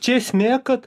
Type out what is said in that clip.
čia esmė kad